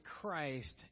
Christ